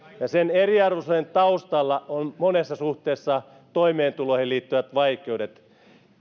sen eriarvoisuuden taustalla ovat monessa suhteessa toimeentuloihin liittyvät vaikeudet